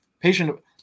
Patient